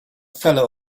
fellow